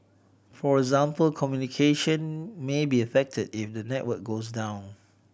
for example communication may be affected if the network goes down